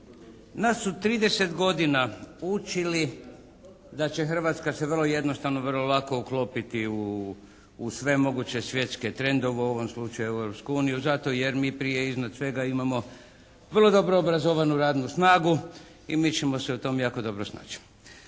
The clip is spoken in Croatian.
Nas su 30 godina učili da će Hrvatska se vrlo jednostavno, vrlo lako uklopiti u sve moguće svjetske trendove, u ovom slučaju Europsku uniju, zato jer mi prije i iznad svega imamo vrlo dobro obrazovanu radnu snagu i mi ćemo se u tome jako dobro snaći.